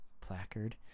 placard